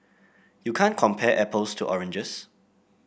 you can't compare apples to oranges